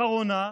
והערה אחרונה,